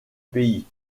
pays